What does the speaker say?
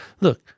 Look